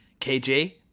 KJ